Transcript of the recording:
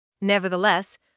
Nevertheless